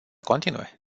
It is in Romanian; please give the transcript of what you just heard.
continue